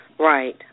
Right